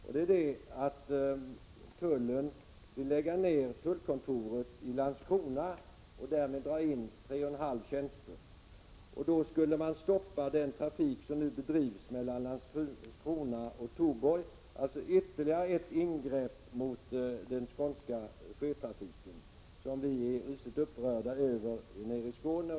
Tullen vill lägga ner tullkontoret i Landskrona och därmed dra in tre och en halv tjänst. Då skulle man stoppa den trafik som nu bedrivs mellan Landskrona och Tuborg. Man skulle alltså göra ytterligare ett ingrepp mot den skånska sjötrafiken, något som vi är mycket upprörda över i Skåne.